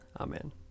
Amen